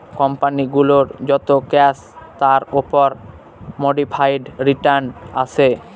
company গুলোর যত cash তার উপর মোডিফাইড রিটার্ন আসে